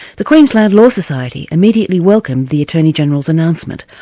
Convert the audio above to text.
the queensland law society immediately welcomed the attorney-general's announcement.